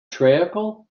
treacle